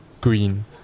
green